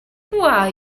why